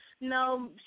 No